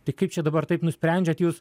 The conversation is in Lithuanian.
tai kaip čia dabar taip nusprendžiat jūs